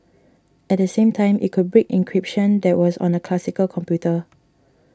at the same time it could break encryption that was on a classical computer